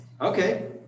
Okay